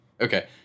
Okay